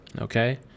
Okay